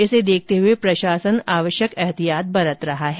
इसे देखते हुए प्रशासन आवश्यक एतिहात बरत रहा है